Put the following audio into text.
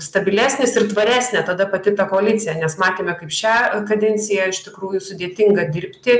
stabilesnis ir tvaresnė tada pati ta koalicija nes matėme kaip šią kadenciją iš tikrųjų sudėtinga dirbti